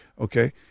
Okay